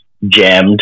Jammed